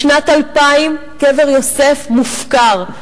משנת 2000 קבר יוסף מופקר,